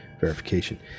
verification